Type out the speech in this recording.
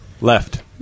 Left